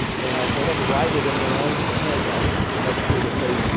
and they had to write it in their own handwriting to make sure that they, you